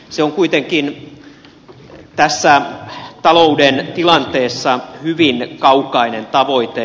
se on kuitenkin tässä talouden tilanteessa hyvin kaukainen tavoite